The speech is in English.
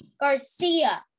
Garcia